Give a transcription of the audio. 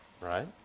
right